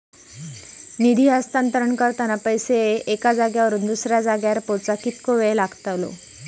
निधी हस्तांतरण करताना पैसे एक्या जाग्यावरून दुसऱ्या जाग्यार पोचाक कितको वेळ लागतलो?